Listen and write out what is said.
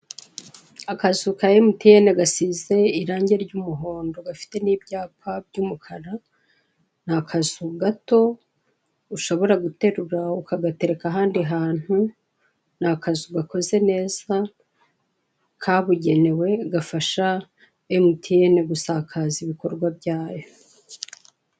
Akazu ka MTN gasize irangi ry'umuhondo, gafite n'ibyapa by'umukara, ni akazu gato ushobora guterura ukagatereka ahandi hantu, ni akazu gakoze neza kabugenewe gafasha MTN gusakaza ibikorwa byayo.